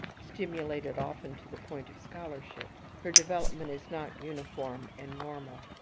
stimulated often to the point of scholarship, her development is not uniform and normal.